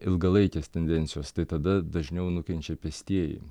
ilgalaikės tendencijos tai tada dažniau nukenčia pėstieji